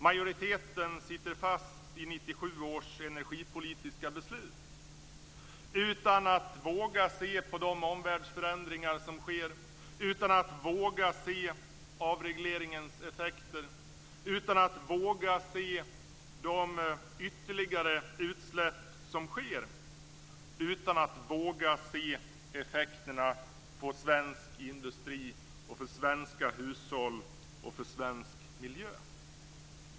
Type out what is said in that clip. Majoriteten sitter fast i 1997 års energipolitiska beslut utan att våga se på de omvärldsförändringar som sker, utan att våga se avregleringens effekter, utan att våga se de ytterligare utsläpp som sker och utan att våga se effekterna på svensk industri, för svenska hushåll och för svensk miljö.